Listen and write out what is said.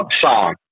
song